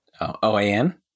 OAN